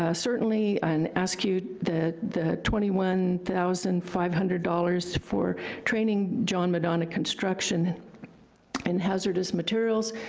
ah certainly, and ask you the the twenty one thousand five hundred dollars for training john madonna construction in hazardous materials,